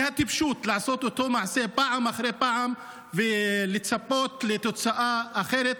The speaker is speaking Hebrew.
כי זאת טיפשות לעשות את אותו מעשה פעם אחרי פעם ולצפות לתוצאה אחרת.